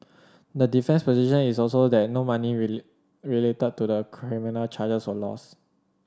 the defences position is also that no money related to the criminal charges was lost